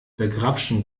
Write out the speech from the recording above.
begrapschen